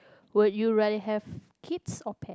would you rather have kids or pet